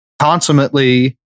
consummately